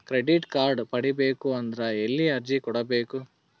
Credit card ಪಡಿಬೇಕು ಅಂದ್ರ ಎಲ್ಲಿ ಅರ್ಜಿ ಕೊಡಬೇಕು?